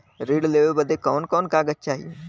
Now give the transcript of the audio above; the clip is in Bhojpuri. ऋण लेवे बदे कवन कवन कागज चाही?